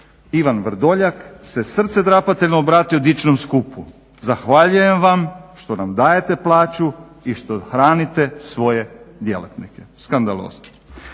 Ivan Vrdoljak se srcedrapateljno obratio dičnom skupu zahvaljujem vam što nam dajete plaću i što hranite svoje djelatnike. Skandalozno!